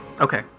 okay